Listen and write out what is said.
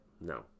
No